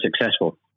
successful